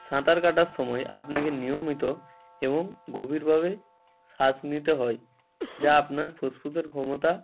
সাঁতার কাটার সময় আপনাকে নিয়মিত এবং গভীরভাবে শ্বাস নিতে হয় যা আপনার ফুসফুসের ক্ষমতা